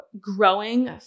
growing